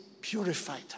purified